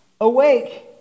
Awake